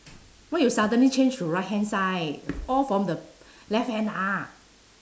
why you suddenly change to right hand side all from the left hand ah